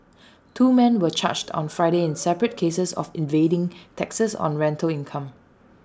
two men were charged on Friday in separate cases of evading taxes on rental income